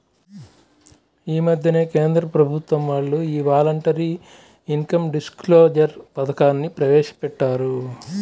యీ మద్దెనే కేంద్ర ప్రభుత్వం వాళ్ళు యీ వాలంటరీ ఇన్కం డిస్క్లోజర్ పథకాన్ని ప్రవేశపెట్టారు